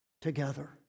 together